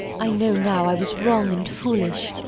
i know now i was wrong and foolish.